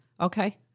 Okay